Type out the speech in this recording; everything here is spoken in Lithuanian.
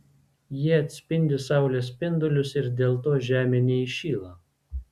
jie atspindi saulės spindulius ir dėl to žemė neįšyla